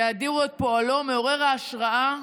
יאדירו את פועלו מעורר ההשראה,